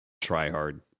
try-hard